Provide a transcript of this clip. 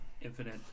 infinite